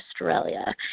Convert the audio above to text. Australia